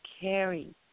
caring